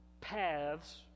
paths